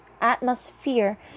atmosphere